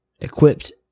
equipped